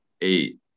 eight